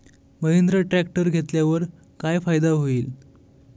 Mahindra tractor घेतल्यावर काय फायदा होईल?